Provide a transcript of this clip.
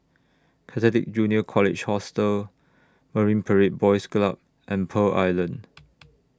Catholic Junior College Hostel Marine Parade Boys Club and Pearl Island